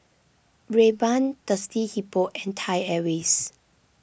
Rayban Thirsty Hippo and Thai Airways